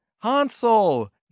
Hansel